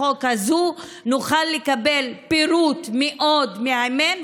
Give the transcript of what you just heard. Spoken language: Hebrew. החוק הזאת נוכל לקבל פירוט מאוד מהימן,